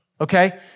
okay